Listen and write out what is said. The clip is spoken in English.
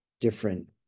different